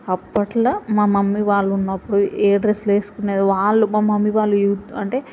అప్పట్లో మా మమ్మీ వాళ్ళు ఉన్నప్పుడు ఏ డ్రెస్లు వేసుకునేది వాళ్ళు మా మమ్మీ వాళ్ళు యూత్ అంటే